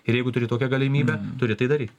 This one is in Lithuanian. ir jeigu turi tokią galimybę turi tai dary